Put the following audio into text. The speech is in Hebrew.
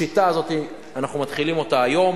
השיטה הזאת, אנחנו מתחילים אותה היום,